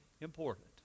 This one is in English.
important